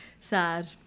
sad